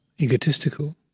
egotistical